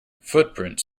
footprints